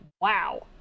wow